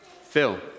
Phil